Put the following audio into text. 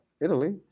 Italy